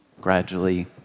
gradually